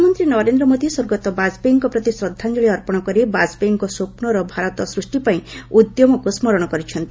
ପ୍ରଧାନମନ୍ତ୍ରୀ ନରେନ୍ଦ୍ର ମୋଦି ସ୍ୱର୍ଗତ ବାଜପେୟୀଙ୍କ ପ୍ରତି ଶ୍ରଦ୍ଧାଞ୍ଜଳୀ ଅର୍ପଣ କରି ବାଜପେୟୀଙ୍କ ସ୍ୱପ୍ନର ଭାରତ ସୃଷ୍ଟି ପାଇଁ ଉଦ୍ୟମକୁ ସ୍କରଣ କରିଛନ୍ତି